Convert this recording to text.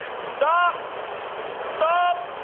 stop stop